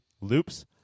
loops